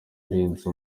urenze